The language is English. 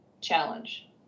challenge